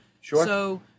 Sure